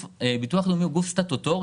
ביטוח לאומי הוא גוף סטטוטורי.